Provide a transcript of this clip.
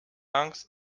angst